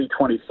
2024